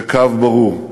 זה קו ברור.